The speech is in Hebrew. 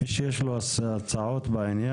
מי שיש לו הצעות בעניין,